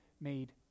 made